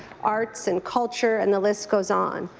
arts and culture, and the list goes on.